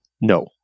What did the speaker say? no